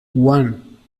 one